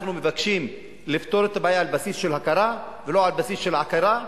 אנחנו מבקשים לפתור את הבעיה על בסיס של הכרה ולא על בסיס של עקירה,